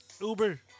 Uber